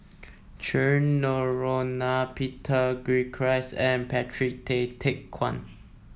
Cheryl Noronha Peter Gilchrist and Patrick Tay Teck Guan